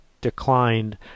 declined